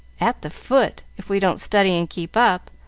at the foot, if we don't study and keep up.